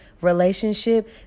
relationship